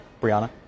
Brianna